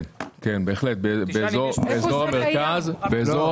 כן, בהחלט באזור המרכז.